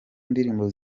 ndirimbo